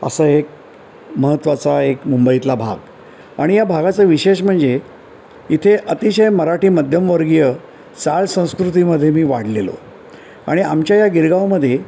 असं एक महत्वाचा एक मुंबईतला भाग आणि या भागाचं विशेष म्हणजे इथे अतिशय मराठी मध्यमवर्गीय चाळ संस्कृतीमध्ये मी वाढलेलो आणि आमच्या या गिरगावमध्ये